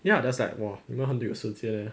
ya then I was like !wah! 你们很有时间